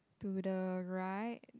to the right